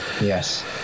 yes